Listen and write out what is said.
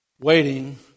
waiting